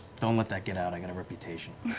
don't let that get out, i got a reputation.